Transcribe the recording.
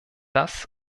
das